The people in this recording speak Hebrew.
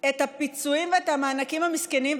את הפיצויים ואת המענקים המסכנים,